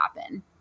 happen